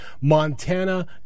Montana